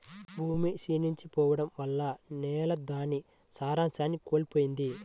భూమి క్షీణించి పోడం వల్ల నేల దాని సారాన్ని కోల్పోయిద్ది